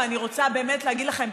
ואני רוצה באמת להגיד לכם,